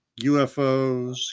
ufos